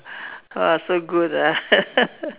!wah! so good ah